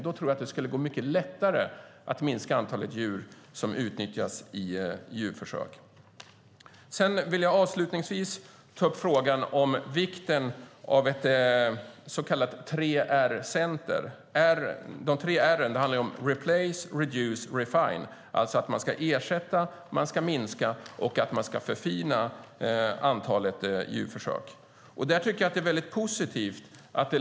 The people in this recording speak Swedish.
Då skulle det vara mycket lättare att minska antalet djur som utnyttjas i djurförsök. Jag vill avslutningsvis ta upp frågan om vikten av ett så kallat 3R-center. De tre r:en handlar om replace, reduce och refine, det vill säga ersätta, minska och förfina antalet djurförsök.